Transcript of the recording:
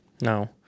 No